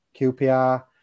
QPR